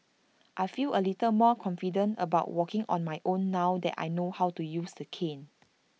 I feel A little more confident about walking on my own now that I know how to use the cane